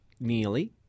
nearly